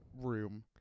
room